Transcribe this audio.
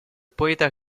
poeta